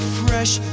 fresh